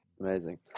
Amazing